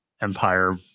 Empire